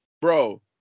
bro